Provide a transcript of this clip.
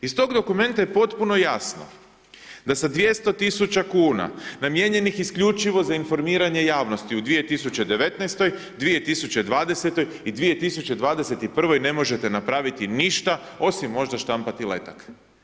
Iz tog dokumenta je potpuno jasno da sa 200.000 kuna namijenjenih isključivo za informiranje javnosti u 2019., 2020. i 2021. ne možete napraviti ništa osim možda štampati letak.